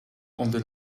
only